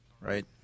Right